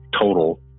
total